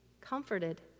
comforted